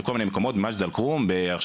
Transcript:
וזה בכל מיני מקומות כמו מג'ד אל כרום, בוקעתא,